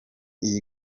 iyi